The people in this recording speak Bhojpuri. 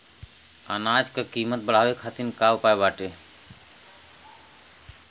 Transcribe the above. अनाज क कीमत बढ़ावे खातिर का उपाय बाटे?